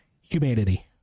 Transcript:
humanity